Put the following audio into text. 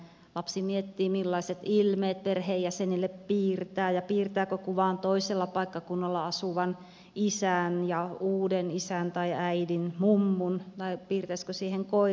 lapsi miettii millaiset ilmeet perheenjäsenille piirtää ja piirtääkö kuvaan toisella paikkakunnalla asuvan isän ja uuden isän tai äidin mummun tai piirtäisikö siihen koirankin